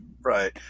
Right